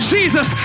Jesus